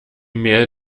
mail